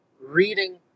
reading